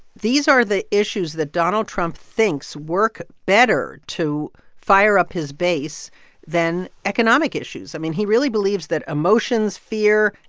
these are the issues that donald trump thinks work better to fire up his base than economic issues. i mean, he really believes that emotions, fear,